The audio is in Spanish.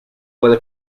puede